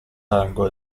algo